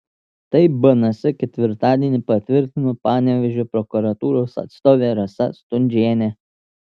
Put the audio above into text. tai bns ketvirtadienį patvirtino panevėžio prokuratūros atstovė rasa stundžienė